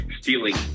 stealing